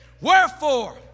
Wherefore